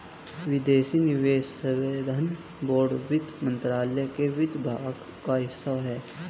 विदेशी निवेश संवर्धन बोर्ड वित्त मंत्रालय के वित्त विभाग का हिस्सा है